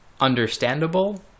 understandable